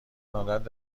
عادت